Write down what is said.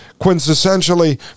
quintessentially